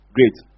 Great